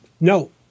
no